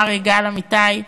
מר יגאל אמיתי,